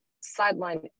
sideline